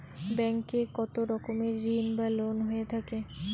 Bank এ কত রকমের ঋণ বা লোন হয়ে থাকে?